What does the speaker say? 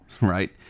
right